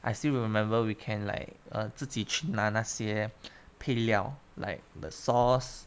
I still remember we can like err 自己去拿那些配料 like the sauce